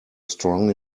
strong